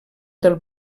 del